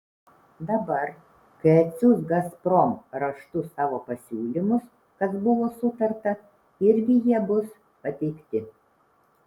dabar kai atsiųs gazprom raštu savo pasiūlymus kas buvo sutarta irgi jie bus pateikti